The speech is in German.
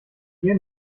dir